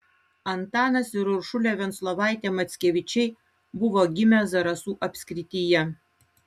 antanas ir uršulė venclovaitė mackevičiai buvo gimę zarasų apskrityje